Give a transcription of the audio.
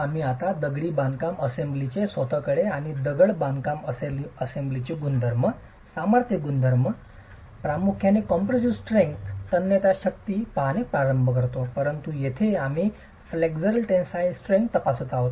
आम्ही आता दगडी बांधकाम असेंब्लीचे स्वतःकडे आणि दगडी बांधकाम असेंब्लीचे गुणधर्म सामर्थ्य गुणधर्म प्रामुख्याने कॉम्प्रेसीव स्ट्रेंग्थ तन्यता शक्ती पाहणे प्रारंभ करतो परंतु येथे आम्ही फ्लेक्सरल टेनसाईल स्ट्रेंग्थ तपासत आहोत